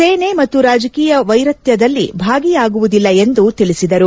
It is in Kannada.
ಸೇನೆ ಮತ್ತು ರಾಜಕೀಯ ವೈರತ್ಯದಲ್ಲಿ ಭಾಗಿಯಾಗುವುದಿಲ್ಲ ಎಂದು ಅವರು ತಿಳಿಸಿದರು